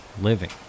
living